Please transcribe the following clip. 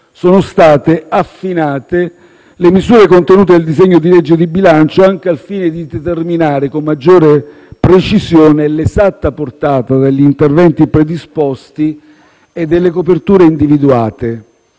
sono state affinate le misure contenute nel disegno di legge di bilancio, anche al fine di determinare con maggiore precisione l'esatta portata degli interventi predisposti e delle coperture individuate.